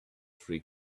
free